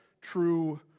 true